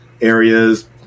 areas